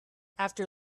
after